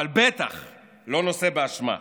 אבל בטח לא נושא באשמה.